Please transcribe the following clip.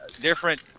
different